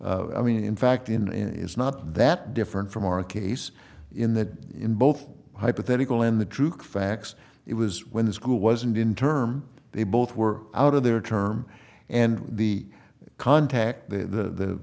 i mean in fact in his not that different from our case in that in both hypothetical and the true facts it was when the school wasn't in term they both were out of their term and the contact the